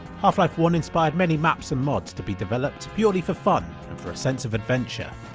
half life one inspired many maps and mods to be developed purely for fun and for a sense of adventure,